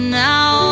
now